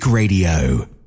Radio